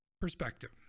perspective